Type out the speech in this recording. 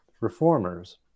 reformers